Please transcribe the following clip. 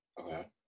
Okay